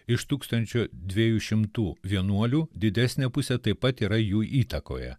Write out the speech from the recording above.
iš tūkstančio dviejų šimtų vienuolių didesnė pusė taip pat yra jų įtakoje